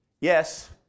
Yes